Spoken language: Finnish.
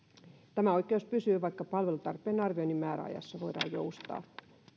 tämä oikeus pysyy vaikka palvelutarpeen arvioinnin määräajassa voidaan joustaa